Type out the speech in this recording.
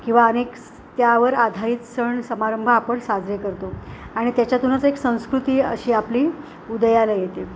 किंवा अनेक त्यावर आधारित सण समारंभ आपण साजरे करतो आणि त्याच्यातूनच एक संस्कृती अशी आपली उदयाला येते